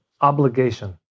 obligation